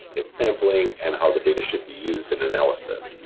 its sampling, and how the data should be used in analysis.